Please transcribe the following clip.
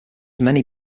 many